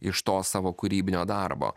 iš to savo kūrybinio darbo